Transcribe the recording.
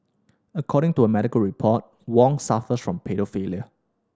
according to a medical report Wong suffers from paedophilia